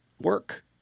work